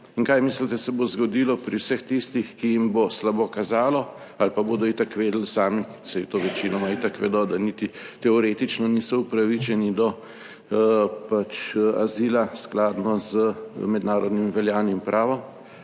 In kaj mislite, se bo zgodilo pri vseh tistih, ki jim bo slabo kazalo, ali pa bodo itak vedeli sami, saj to večinoma itak vedo, da niti teoretično niso upravičeni do azila, skladno z mednarodnim veljavnim pravom.